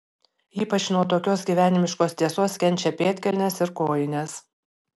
ypač nuo tokios gyvenimiškos tiesos kenčia pėdkelnės ir kojinės